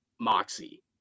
moxie